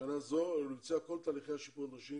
בשנה זו כדי לבצע את כל תהליכי השיפור הנדרשים